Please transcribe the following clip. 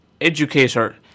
educator